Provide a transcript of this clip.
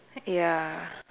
ya